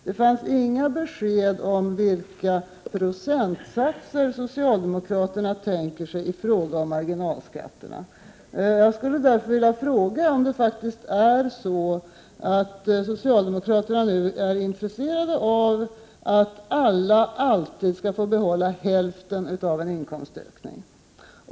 Det fanns inga besked om vilka procentsatser socialdemokraterna tänker sig då det gäller marginalskatterna. Jag skulle därför vilja fråga om det faktiskt är så att socialdemokraterna nu är intresserade av att alla alltid skall få behålla hälften av en inkomstökning.